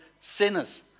sinners